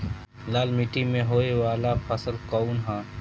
लाल मीट्टी में होए वाला फसल कउन ह?